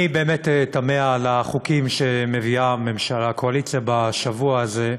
אני באמת תמה על החוקים שמביאה הקואליציה בשבוע הזה.